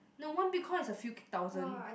no one Bitcoin is a few K thousand